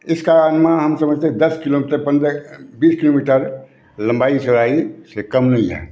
इसका अनुमान हम समझते हैं दश किलोमीटर पंद्रह बीस किलोमीटर लंबाई चौड़ाई इससे कम नहीं है